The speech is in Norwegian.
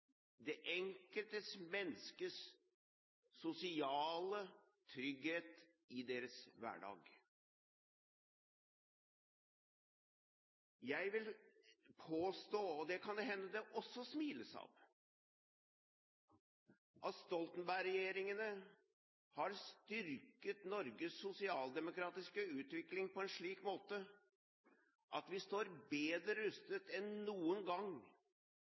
det enkelte menneskes sosiale trygghet i hverdagen. Jeg vil påstå – og det kan det hende det også smiles av – at Stoltenberg-regjeringene har styrket Norges sosialdemokratiske utvikling på en slik måte at vi står bedre rustet enn noen gang